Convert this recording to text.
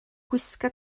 gwisga